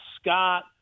Scott